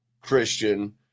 Christian